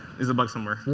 there's a bug somewhere.